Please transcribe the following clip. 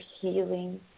healing